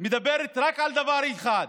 מדברת רק על דבר אחד: